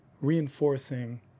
reinforcing